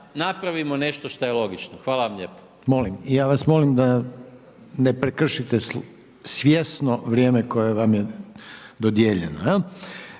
napravimo nešto što je logično. Hvala vam lijepa.